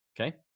Okay